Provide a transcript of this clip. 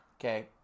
okay